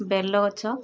ବେଲ ଗଛ